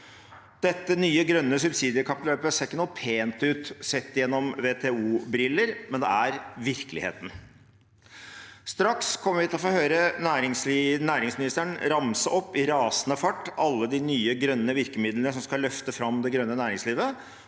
Dette nye grønne subsidiekappløpet ser ikke noe pent ut sett gjennom WTO-briller, men det er virkeligheten. Straks kommer vi til å få høre næringsministeren ramse opp i rasende fart alle de nye grønne virkemidlene som skal løfte fram det grønne næringslivet,